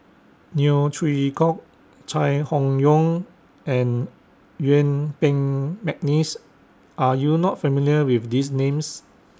Neo Chwee Kok Chai Hon Yoong and Yuen Peng Mcneice Are YOU not familiar with These Names